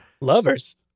lovers